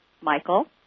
Michael